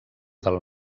del